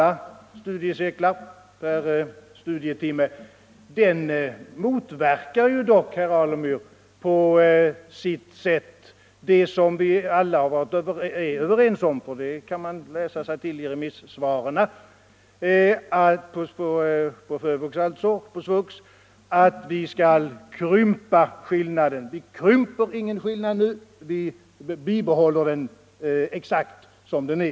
per studietimme på alla allmänna studiecirklar motverkar dock, herr Alemyr, på sitt sätt det som vi alla — det kan man läsa sig till i remissvaren över FÖVUX och SVUX — är överens om, nämligen att vi skall krympa bidragsskillnaden. Vi krymper ingen skillnad nu; vi bibehåller den exakt som den är.